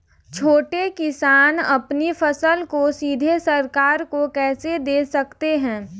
छोटे किसान अपनी फसल को सीधे सरकार को कैसे दे सकते हैं?